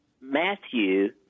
Matthew